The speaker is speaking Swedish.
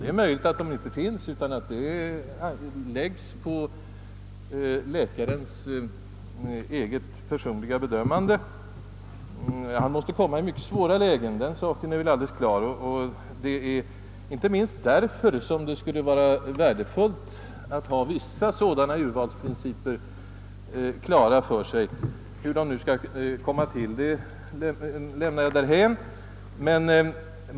Det är möjligt att de inte finns utan att det får bero på läkarens personliga bedömande. Det är klart att denne därigenom ibland måste komma i mycket svåra lägen. Inte minst av den anledningen skulle det vara värdefullt om det fanns vissa urvalsprinciper. Hur sådana principer skall kunna skapas lämnar jag därhän.